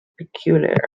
peculiar